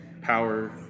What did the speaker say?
power